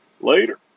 Later